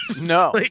No